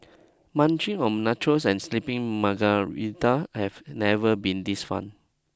munching on nachos and slipping margaritas have never been this fun